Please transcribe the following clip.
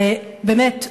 באמת,